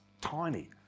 tiny